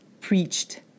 preached